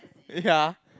ya